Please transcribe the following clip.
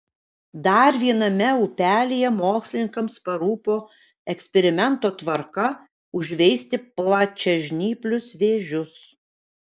dar viename upelyje mokslininkams parūpo eksperimento tvarka užveisti plačiažnyplius vėžius